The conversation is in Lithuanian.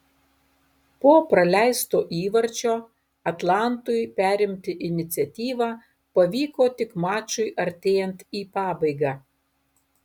po praleisto įvarčio atlantui perimti iniciatyvą pavyko tik mačui artėjant į pabaigą